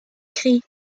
cris